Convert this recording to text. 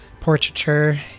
portraiture